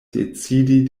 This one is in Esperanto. decidi